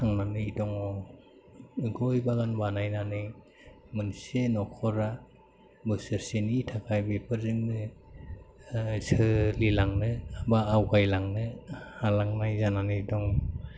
थांनानै दङ गय बागान बानायनानै मोनसे न'खरा बोसोरसेनि थाखाय बेफोरजोंनो सोलिलांनो बा आवगायलांनो हालांनाय जानानै दं